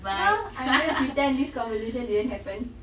!huh! I'm going to pretend this conversation didn't happen